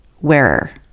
wearer